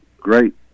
great